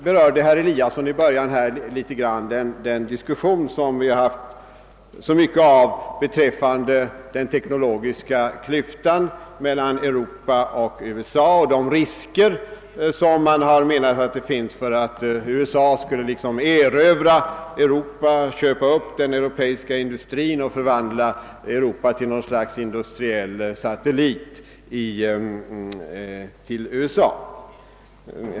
Herr Eliasson i Sundborn berörde i början av debatten den diskussion, som vi har haft så mycket av, beträffande den teknologiska klyftan mellan Europa och USA och de risker som man har menat att det finns för att USA skulle liksom erövra Europa, köpa upp den europeiska industrin och förvandla Europa till något slags industriell satellit till USA.